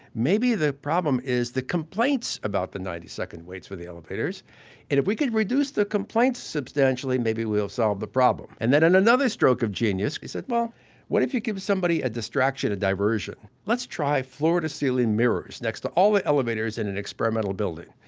maybe the problem is the complaints about the ninety second waits for the elevators and if we could reduce the complaints substantially, maybe we'll solve the problem. and then in another stroke of genius, he said well what if you give somebody a distraction, a diversion. let's try floor-to-ceiling mirrors next to all the elevators in an experimental building.